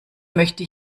möchte